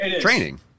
training